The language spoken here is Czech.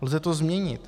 Lze to změnit.